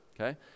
okay